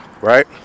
right